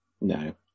No